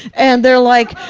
and they're like,